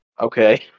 Okay